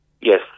Yes